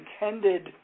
intended